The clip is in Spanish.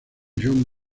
john